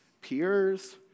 peers